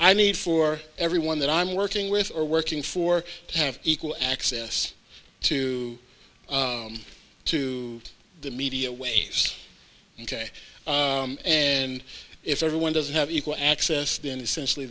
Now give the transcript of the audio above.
i need for everyone that i'm working with or working for to have equal access to to the media ways ok and if everyone doesn't have equal access then essentially